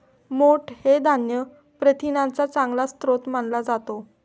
मोठ हे धान्य प्रथिनांचा चांगला स्रोत मानला जातो